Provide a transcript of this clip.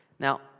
Now